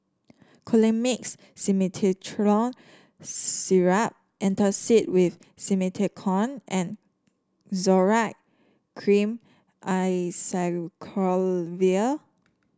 Colimix Simethicone Syrup Antacid with Simethicone and Zoral Cream Acyclovir